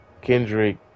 Kendrick